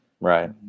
right